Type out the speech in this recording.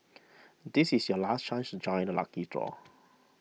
this is your last chance to join the lucky draw